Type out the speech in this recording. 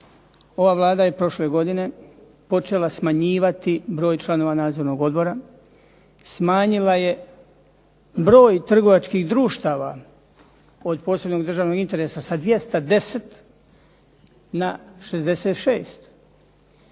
ova Vlada je prošle godine počela smanjivati broj članova nadzornog odbora. Smanjila je broj trgovačkih društava od posebnog državnog interesa sa 210 na 66.